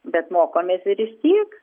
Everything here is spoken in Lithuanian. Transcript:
bet mokomės ir iš tiek